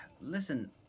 Listen